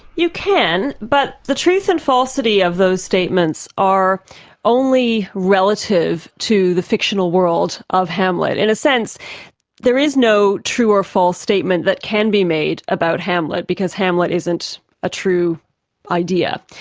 you can, but the truth and falsity of those statements are only relative to the fictional world of hamlet. in a sense there is no true or false statement that can be made about hamlet because hamlet isn't a true idea.